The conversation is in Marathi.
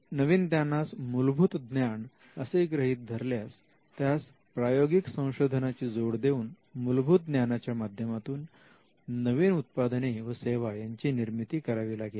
नवीन ज्ञानास मूलभूत ज्ञान असे गृहीत धरल्यास त्यास प्रायोगिक संशोधनाची जोड देऊन मूलभूत ज्ञानाच्या माध्यमातून नवीन उत्पादने व सेवा यांची निर्मिती करावी लागेल